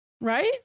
Right